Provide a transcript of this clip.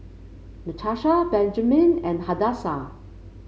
Natasha Benjman and Hadassah